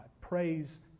Praise